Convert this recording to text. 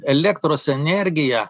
elektros energija